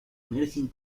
emergen